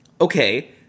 Okay